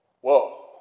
Whoa